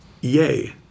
yay